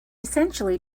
essentially